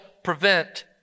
prevent